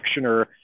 actioner